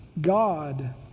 God